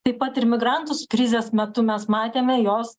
taip pat ir migrantus krizės metu mes matėme jos